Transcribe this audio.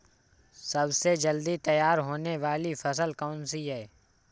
सबसे जल्दी तैयार होने वाली फसल कौन सी है?